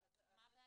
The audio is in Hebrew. אז מה הבעיה?